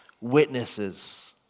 witnesses